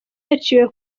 yaciwe